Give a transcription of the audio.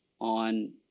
on